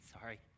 Sorry